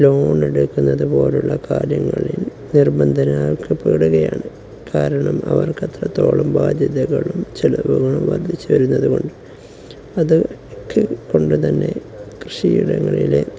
ലോണെടുക്കുന്നതു പോലുള്ള കാര്യങ്ങളിൽ നിർബന്ധമാക്കപ്പെടുകയാണ് കാരണം അവർക്കത്രത്തോളം ബാധ്യതകളും ചെലവുകളും വർദ്ധിച്ചുവരുന്നതുകൊണ്ട് അതൊക്കെ കൊണ്ടുതന്നെ കൃഷിയിടങ്ങളിലെ